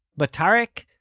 but tareq,